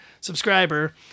subscriber